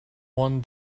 one